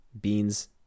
beans